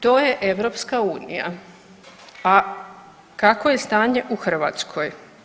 To je EU, a kako je stanje u Hrvatskoj?